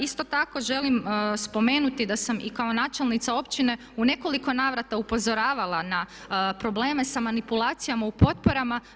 Isto tako želim spomenuti da sam i kao načelnica općine u nekoliko navrata upozoravala na probleme sa manipulacijama u potporama.